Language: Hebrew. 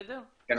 כן,